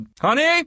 honey